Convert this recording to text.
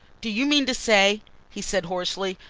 do you mean to say he said hoarsely.